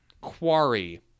Quarry